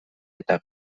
eta